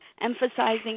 emphasizing